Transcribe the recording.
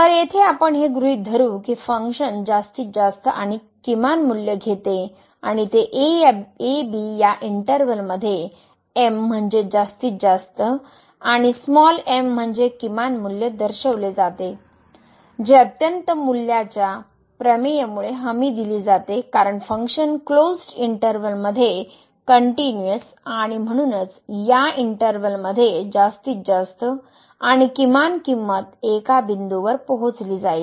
तर येथे आपण हे गृहित धरू की फंक्शन जास्तीत जास्त आणि किमान मूल्य घेते आणि ते ab या इंटरवल मध्ये M म्हणजे जास्तीत जास्त आणि m म्हणजे किमान मूल्य दर्शविले जातात जे अत्यंत मूल्याच्या प्रमेयमुळे हमी दिले जाते कारण फंक्शन क्लोज्ड इंटरवल मध्ये कन्नटीनुअस आणि म्हणूनच या इंटरवल मध्ये जास्तीत जास्त आणि किमान किमत एका बिंदूवर पोहोचली जाईल